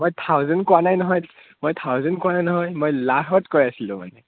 মই থাউজেণ্ড কোৱা নাই নহয় মই থাউজেণ্ড কোৱা নাই নহয় মই লাখত কৈ আছিলোঁ মানে